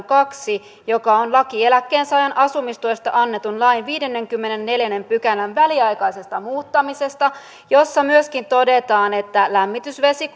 kaksi joka on laki eläkkeensaajan asumistuesta annetun lain viidennenkymmenennenneljännen pykälän väliaikaisesta muuttamisesta jossa myöskin todetaan että lämmitys vesi